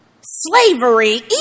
slavery